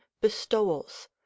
bestowals